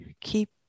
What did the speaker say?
Keep